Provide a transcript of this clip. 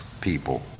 people